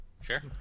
sure